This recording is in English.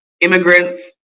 immigrants